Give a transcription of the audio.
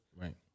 Right